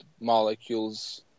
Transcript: molecules